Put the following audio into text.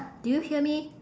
do you hear me